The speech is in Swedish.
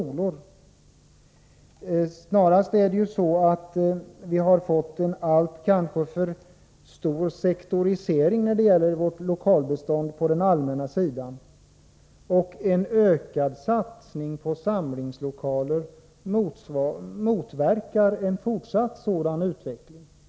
Snarast har det blivit en alltför stor sektorisering när det gäller vårt lokalbestånd på den allmänna sidan. En ökad satsning på samlingslokaler motverkar då en fortsatt sådan utveckling.